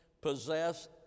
possess